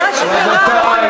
רבותי,